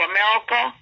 America